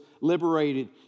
liberated